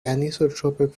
anisotropic